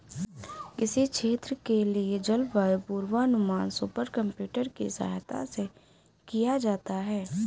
किसी क्षेत्र के लिए जलवायु पूर्वानुमान सुपर कंप्यूटर की सहायता से किया जाता है